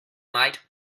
might